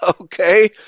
okay